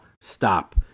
stop